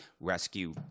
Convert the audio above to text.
rescue